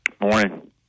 Morning